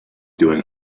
doing